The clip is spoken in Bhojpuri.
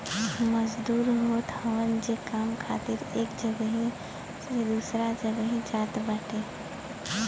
मजदूर होत हवन जे काम खातिर एक जगही से दूसरा जगही जात बाटे